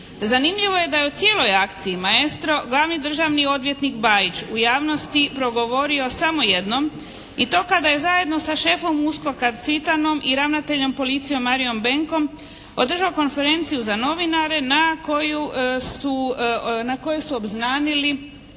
Zanimljivo je da je u cijeloj akciji “Maestro“ glavni državni odvjetnik Bajić u javnosti progovorio samo jednom i to kada je zajedno sa šefom USKOK-a Cvitanom i ravnateljem policije Marijom Benkom održao konferenciju za novinare na kojoj su obznanili